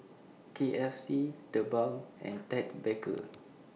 K F C The Balm and Ted Baker